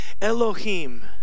Elohim